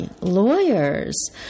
lawyers